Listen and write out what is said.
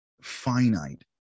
finite